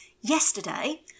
yesterday